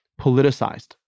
politicized